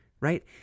right